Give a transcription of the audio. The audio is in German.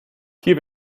hier